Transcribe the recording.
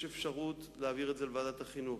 יש אפשרות להעביר את הנושא לוועדת החינוך.